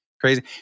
crazy